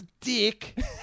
dick